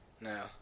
Now